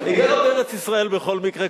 היא גרה בארץ-ישראל בכל מקרה,